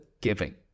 giving